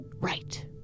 Right